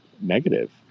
negative